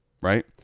right